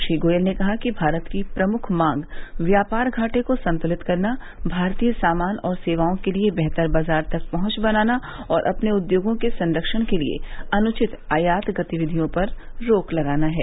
श्री गोयल ने कहा कि भारत की प्रमुख मांग व्यापार घाटे को संतुलित करना भारतीय सामान और सेवाओं के लिए बेहतर बाजार तक पहुंच बनाना और अपने उद्योगों के संरक्षण के लिए अनुचित आयात गतिविधियों पर रोक लगाना है